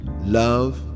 love